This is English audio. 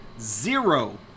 zero